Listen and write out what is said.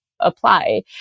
apply